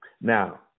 Now